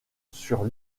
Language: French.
sur